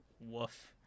Woof